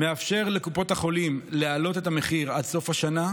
מאפשר לקופות החולים להעלות את המחיר עד סוף השנה,